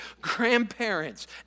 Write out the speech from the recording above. grandparents